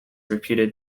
reputed